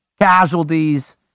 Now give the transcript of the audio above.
casualties